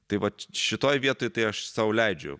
tai vat šitoj vietoj tai aš sau leidžiu